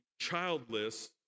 childless